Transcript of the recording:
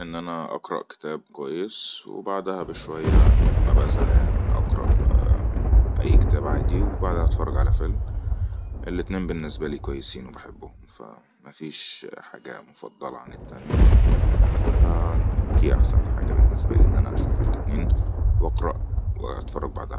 ان انا اقرأ كتاب كويس وبعدها بشوية ابئى زهئان اقرأ اي كتاب عادي وبعدها اتفرج على فيلم الاتنين بالنسبة لي كويسين وبحبهم فمفيش حاجة مفضله عن التانية فدي احسن حاجة بالنسبة لي ان انا اشوف الاتنين واقرأ وتفرج بعدها